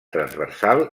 transversal